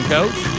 Coach